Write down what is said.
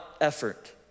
effort